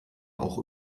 auch